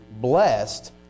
blessed